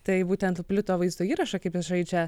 tai būtent plito vaizdo įrašą kaip jis žaidžia